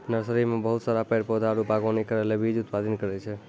nursery मे बहुत सारा पेड़ पौधा आरु वागवानी करै ले बीज उत्पादित करै छै